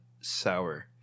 sour